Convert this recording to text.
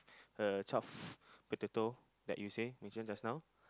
uh twelve potato that you say mention just now